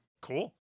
Cool